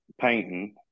painting